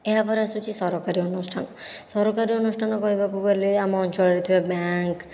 ଏହାପରେ ଆସୁଛି ସରକାରୀ ଅନୁଷ୍ଠାନ ସରକାରୀ ଅନୁଷ୍ଠାନ କହିବାକୁ ଗଲେ ଆମ ଅଞ୍ଚଳରେ ଥିବା ବ୍ୟାଙ୍କ୍